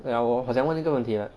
!aiya! 我好像问一个问题了